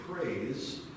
praise